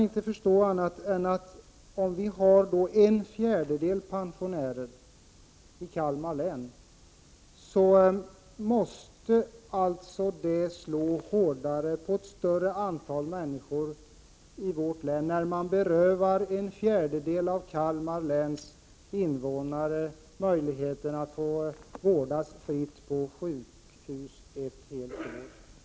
När det finns en fjärdedel pensionärer i Kalmar län, kan jag inte förstå annat än att detta förslag slår hårdare mot ett större antal människor i detta län. En fjärdedel av Kalmar läns invånare berövas alltså möjligheten att vårdas fritt på sjukhus ett helt år.